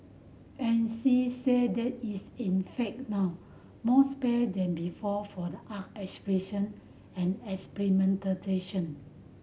and she said there is in fact now more space than before for the art expression and experimentation